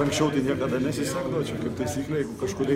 anksčiau niekada nesisekdavo čia kaip taisyklė jeigu kažkurį